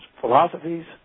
philosophies